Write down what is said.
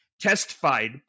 testified